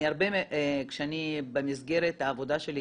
כשאני במסגרת העבודה שלי